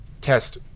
test